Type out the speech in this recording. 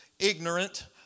Ignorant